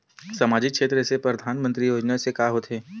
सामजिक क्षेत्र से परधानमंतरी योजना से का होथे?